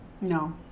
No